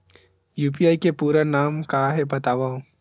UPI के पूरा नाम का हे बतावव?